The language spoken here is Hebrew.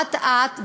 אט-אט,